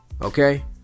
Okay